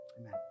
Amen